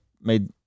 made